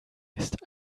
ist